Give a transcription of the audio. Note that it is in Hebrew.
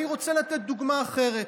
אני רוצה לתת דוגמה אחרת: